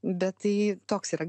bet tai toks yra